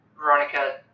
Veronica